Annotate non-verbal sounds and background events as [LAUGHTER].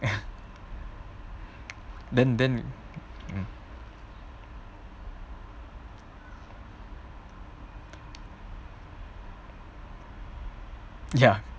[LAUGHS] then then mm ya